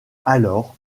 alors